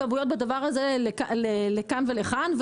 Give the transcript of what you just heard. יש מורכבויות בדבר הזה לכאן ולכאן,